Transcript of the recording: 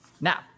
Now